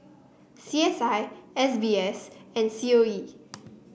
C S I S B S and C O E